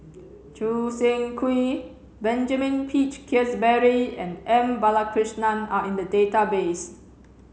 Choo Seng Quee Benjamin Peach Keasberry and M Balakrishnan are in the database